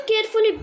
carefully